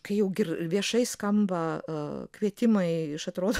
kai jau viešai skamba e kvietimai iš atrodo